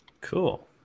Cool